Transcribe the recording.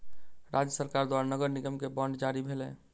राज्य सरकार द्वारा नगर निगम के बांड जारी भेलै